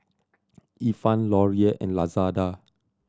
Ifan Laurier and Lazada